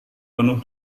penuh